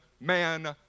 man